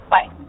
Bye